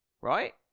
right